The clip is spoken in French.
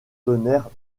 tonnerre